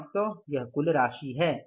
7500 यह कुल राशि है